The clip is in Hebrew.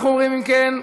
אנחנו עוברים, אם כן,